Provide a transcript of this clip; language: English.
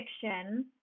fiction